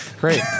great